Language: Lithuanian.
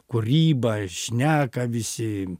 kūryba šneka visi